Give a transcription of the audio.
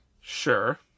Sure